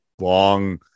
long